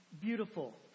beautiful